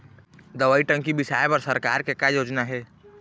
दवई टंकी बिसाए बर सरकार के का योजना हे?